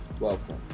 Welcome